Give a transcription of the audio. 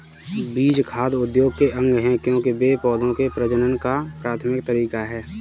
बीज खाद्य उद्योग के अंग है, क्योंकि वे पौधों के प्रजनन का प्राथमिक तरीका है